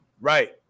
Right